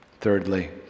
Thirdly